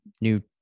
new